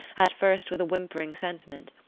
at first with a whimpering sentiment,